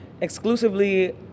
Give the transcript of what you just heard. exclusively